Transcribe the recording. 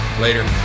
Later